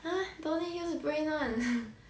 ha don't need use brain one